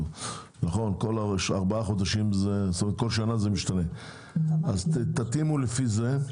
כל שנה זה משתנה תתאימו לפי זה.